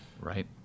right